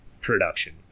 production